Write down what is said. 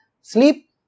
sleep